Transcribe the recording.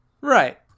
Right